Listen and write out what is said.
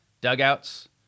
dugouts